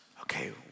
okay